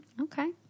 Okay